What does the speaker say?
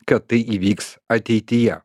kad tai įvyks ateityje